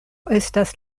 estas